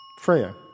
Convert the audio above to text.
Freya